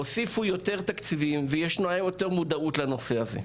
הוסיפו יותר תקציבים וישנה יותר מודעות לנושא הזה,